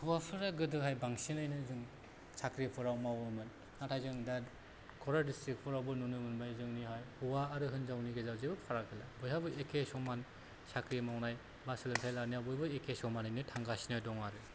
हौवाफोरा गोदोहाय बांसिनैनो जों साख्रिफोराव मावोमोन नाथाय जों दा क'क्राझार डिस्ट्रिकफोरावबो नुनो मोनबाय जोंनिहाय हौवा आरो हिनजावनि गेजेराव जेबो फाराग गैला बयहाबो एखे समान साख्रि मावनाय बा सोलोंथाय लानायाव बयबो एखे समानैनो थांगासिनो दं आरो